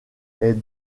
est